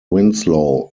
winslow